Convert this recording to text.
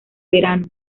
verano